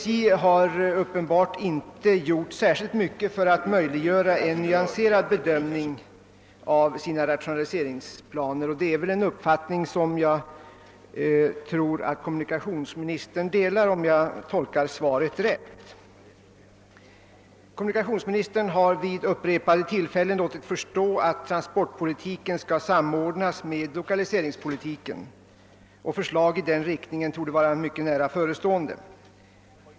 SJ har uppenbart inte gjort särskilt mycket för att möjliggöra en nyanserad bedömning av sina rationaliseringsplaner, en uppfattning som jag tror kommunikationsministern delar — om jag tolkar svaret rätt. Kommunikationsministern har vid upprepade tillfällen låtit förstå att transportpolitiken skall samordnas med lokaliseringspolitiken, och förslag i den riktningen torde vara mycket nära förestående.